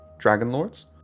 Dragonlords